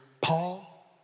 Paul